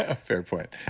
ah fair point.